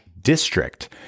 district